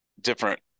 Different